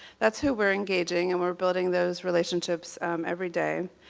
that's who we're engaging. and we're building those relationships every day.